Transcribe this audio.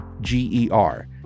G-E-R